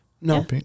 No